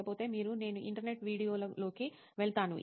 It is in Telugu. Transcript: లేకపోతే మీరు నేను ఇంటర్నెట్ వీడియోల లోకి వెళ్తాను